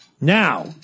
Now